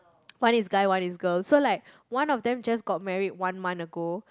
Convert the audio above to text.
one is guy one is girl so like one of them just got married one month ago